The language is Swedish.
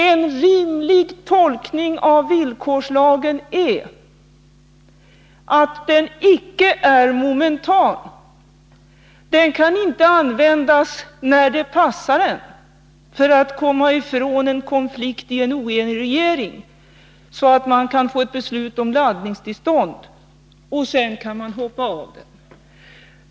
En rimlig tolkning av villkorslagen är att den icke är momentan. Den kan inte användas när det passar en, för att komma ifrån en konflikt i en oenig regering, så att man kan få ett beslut om laddningstillstånd och sedan hoppa av.